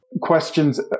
questions